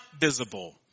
visible